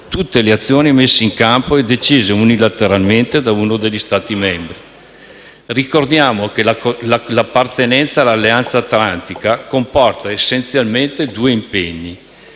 tutte le azioni messe in campo e decise unilateralmente da uno degli Stati membri. Ricordiamo che l'appartenenza all'Alleanza atlantica comporta essenzialmente due impegni: